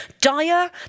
dire